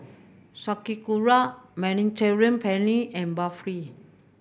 Sauerkraut Mediterranean Penne and Barfi